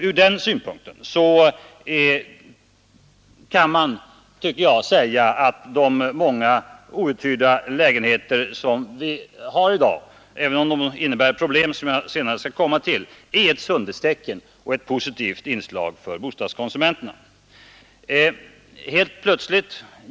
Från den synpunkten tycker jag man kan säga att de många outhyrda lägenheter vi har i dag — även om det innebär problem, vilket jag senare skall komma till — är ett sundhetstecken och ett positivt inslag för bostadskonsumenterna.